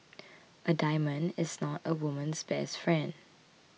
a diamond is not a woman's best friend